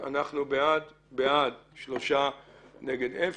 הצבעה בעד המיזוג פה אחד ההצעה למזג את הצעת חוק